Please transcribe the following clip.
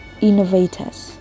innovators